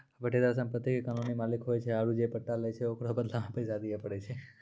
पट्टेदार सम्पति के कानूनी मालिक होय छै आरु जे पट्टा लै छै ओकरो बदला मे पैसा दिये पड़ै छै